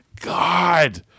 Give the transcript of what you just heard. God